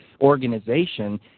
organization